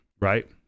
right